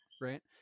right